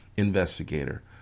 investigator